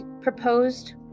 proposed